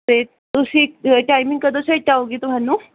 ਅਤੇ ਤੁਸੀਂ ਟਾਈਮਿੰਗ ਕਦੋਂ ਸੈੱਟ ਆਊਗੀ ਤੁਹਾਨੂੰ